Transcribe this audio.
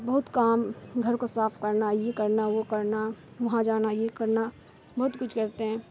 بہت کام گھر کو صاف کرنا یہ کرنا وہ کرنا وہاں جانا یہ کرنا بہت کچھ کرتے ہیں